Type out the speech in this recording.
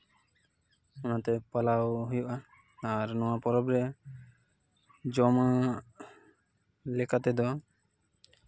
ᱚᱱᱟᱛᱮ ᱯᱟᱞᱟᱣ ᱦᱩᱭᱩᱜᱼᱟ ᱟᱨ ᱱᱚᱣᱟ ᱯᱚᱨᱚᱵᱽ ᱨᱮ ᱡᱚᱢᱟᱜ ᱞᱮᱠᱟ ᱛᱮᱫᱚ